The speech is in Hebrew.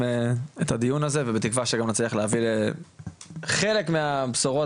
את הדיון הזה וזה בתקווה שגם נצליח להביא לחלק מן הבשורות